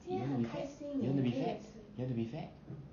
you want to be fat you want to be fat you want to be fat